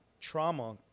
trauma